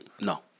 No